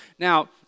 Now